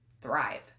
thrive